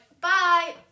Bye